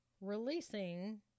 releasing